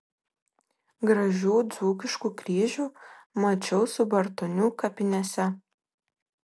gražių dzūkiškų kryžių mačiau subartonių kapinėse